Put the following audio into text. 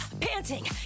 panting